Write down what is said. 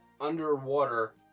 underwater